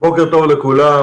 בוקר טוב לכולם,